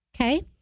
Okay